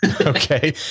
Okay